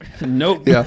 Nope